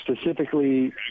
specifically